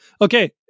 Okay